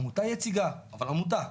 עמותה יציגה, אבל עמותה.